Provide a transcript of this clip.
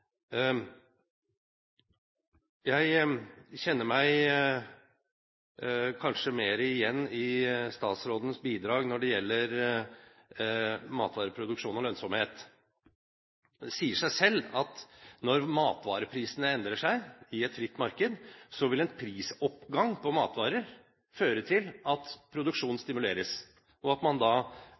Jeg kjenner meg kanskje mer igjen i statsrådens bidrag når det gjelder matvareproduksjon og lønnsomhet. Det sier seg selv at når matvareprisene endrer seg i et fritt marked, vil en prisoppgang på matvarer føre til at produksjon stimuleres, og at man